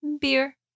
beer